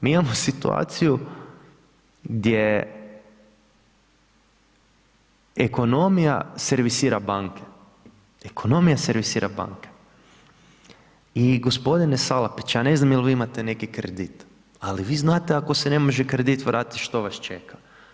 Mi imamo situaciju gdje ekonomija servisira banku, ekonomija servisira banke i gospodine Salapić, ja ne znam jer vi imate neki kredit, ali vi znate ako se ne može kredit vratiti što vas čeka.